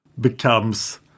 becomes